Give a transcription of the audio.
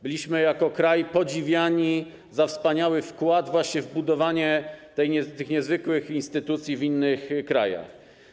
Byliśmy jako kraj podziwiani za wspaniały wkład właśnie w budowanie tych niezwykłych instytucji w innych krajach.